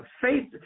faith